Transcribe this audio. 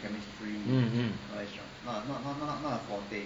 mm mm